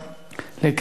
נתקבלה.